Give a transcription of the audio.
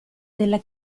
della